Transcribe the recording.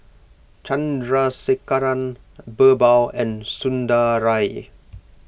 Chandrasekaran Birbal and Sundaraiah